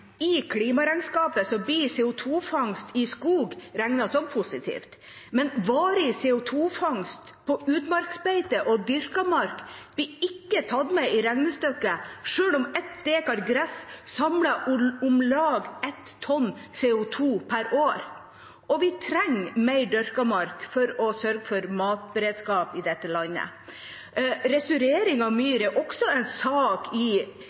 I klimaregnskapet blir CO 2 -fangst i skog regnet som positivt. Men varig CO 2 -fangst på utmarksbeite og dyrket mark blir ikke tatt med i regnestykket selv om 1 dekar gress samler om lag 1 tonn CO 2 per år, og vi trenger mer dyrket mark for å sørge for matberedskap i dette landet. Restaurering av myr er også en sak regjeringen har i